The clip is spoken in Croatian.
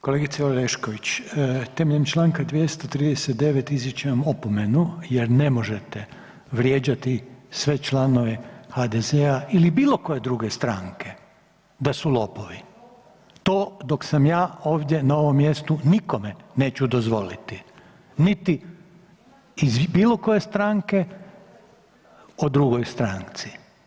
Kolegice Orešković, temeljem Članka 239. izričem vam opomenu jer ne možete vrijeđati sve članove HDZ-a ili bilo koje druge stranke, da su lopovi, to dok sam ja ovdje na ovom mjestu nikome neću dozvoliti, niti iz bilo koje stranke o drugoj stranci.